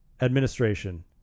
administration